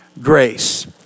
grace